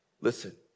Listen